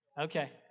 Okay